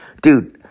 dude